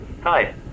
Hi